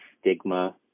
stigma